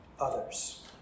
others